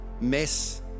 Mess